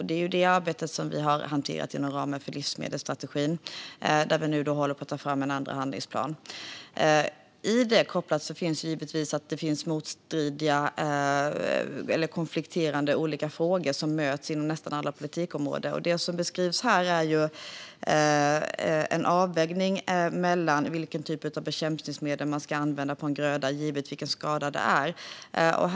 Det är det arbetet som vi har hanterat inom ramen för livsmedelsstrategin, där vi håller på att ta fram en andra handlingsplan. Kopplat till detta finns det givetvis konflikterande frågor på nästan alla politikområden. Det som beskrivs här är en avvägning mellan vilken typ av bekämpningsmedel man ska använda på en gröda och den skada den orsakar.